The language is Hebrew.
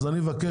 אז אני מבקש